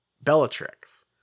Bellatrix